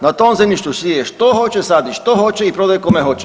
Na tom zemljištu sije što hoće, sadi što hoće i prodaje kome hoće.